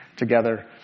Together